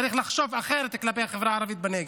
צריך לחשוב אחרת כלפי החברה הערבית בנגב.